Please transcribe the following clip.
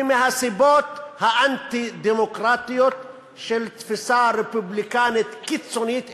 ומהסיבות האנטי-דמוקרטיות של תפיסה רפובליקנית קיצונית,